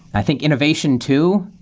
i think innovation too.